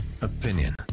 opinion